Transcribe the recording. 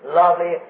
lovely